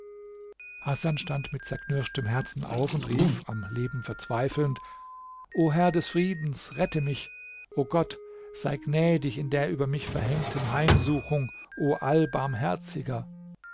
hasan stand mit zerknirschtem herzen auf und rief am leben verzweifelnd o herr des friedens rette mich o gott sei gnädig in der über mich verhängten heimsuchung o